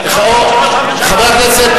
יכול להיות שראש הממשלה,